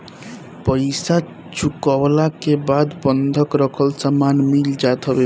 पईसा चुकवला के बाद बंधक रखल सामान मिल जात हवे